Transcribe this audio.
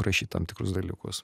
rašyt tam tikrus dalykus